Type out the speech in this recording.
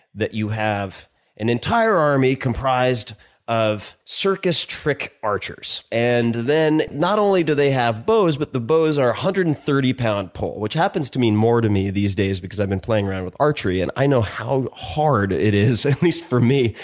that you have an entire army comprised of circus trick archers. and then not only do they have bows, but the bows are one hundred and thirty pound pole, which happens to mean more to me these days because i've been playing around with archery and i know how hard it is, at least for me,